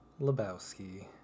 Lebowski